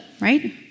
right